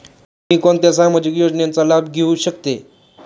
मी कोणत्या सामाजिक योजनेचा लाभ घेऊ शकते?